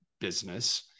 business